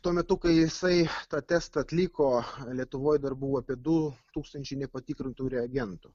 tuo metu kai jisai tą testą atliko lietuvoj dar buvo apie du tūkstančiai nepatikrintų reagentų